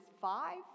five